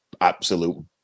absolute